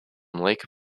lake